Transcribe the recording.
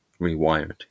rewired